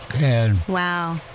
Wow